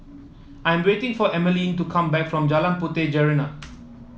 I'm waiting for Emmaline to come back from Jalan Puteh Jerneh